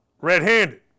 red-handed